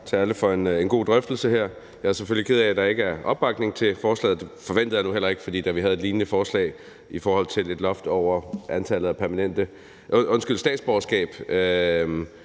til alle for en god drøftelse her. Jeg er selvfølgelig ked af, at der ikke er opbakning til forslaget, men det forventede jeg nu heller ikke. For da vi havde et lignende forslag om et loft over tildeling af statsborgerskab,